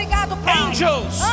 angels